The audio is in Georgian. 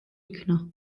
იქნა